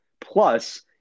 Plus